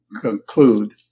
conclude